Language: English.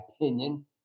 opinion